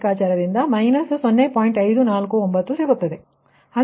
ಅಂತೆಯೇ ∆P3ಯು 0